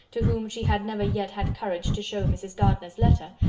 to whom she had never yet had courage to shew mrs. gardiner's letter,